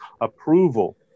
approval